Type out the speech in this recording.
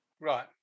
Right